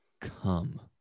come